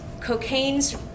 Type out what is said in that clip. cocaine's